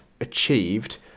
achieved